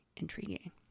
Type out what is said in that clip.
Intriguing